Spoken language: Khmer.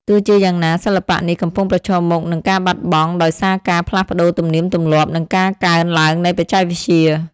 ទោះជាយ៉ាងណា សិល្បៈនេះកំពុងប្រឈមមុខនឹងការបាត់បង់ដោយសារការផ្លាស់ប្តូរទំនៀមទម្លាប់ និងការកើនឡើងនៃបច្ចេកវិទ្យា។